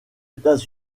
états